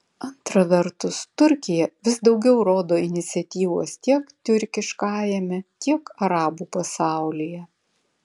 antra vertus turkija vis daugiau rodo iniciatyvos tiek tiurkiškajame tiek arabų pasaulyje